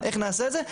איך נעשה את זה?